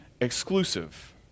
Exclusive